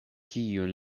kiun